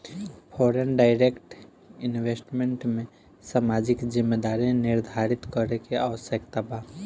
foreign direct investment में सामाजिक जिम्मेदारी निरधारित करे के आवस्यकता बा